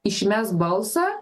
išmes balsą